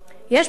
יש פיילוט?